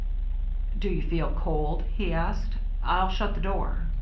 do you feel cold? he asked. i'll shut the door.